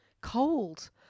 cold